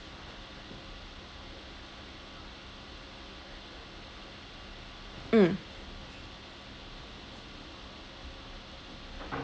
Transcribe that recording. mm